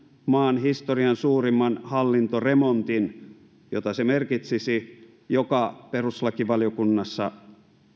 maan historian suurimman hallintoremontin jota se merkitsisi joka perustuslakivaliokunnassa